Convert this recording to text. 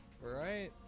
Right